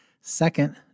Second